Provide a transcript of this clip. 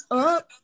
up